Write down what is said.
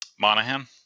Monahan